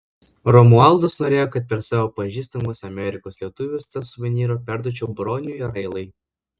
romualdas norėjo kad per savo pažįstamus amerikos lietuvius tą suvenyrą perduočiau broniui railai